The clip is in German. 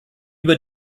über